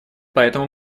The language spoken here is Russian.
поэтому